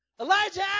Elijah